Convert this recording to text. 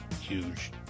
huge